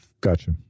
gotcha